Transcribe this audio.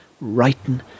writing